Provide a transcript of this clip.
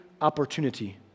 opportunity